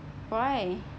why